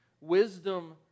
Wisdom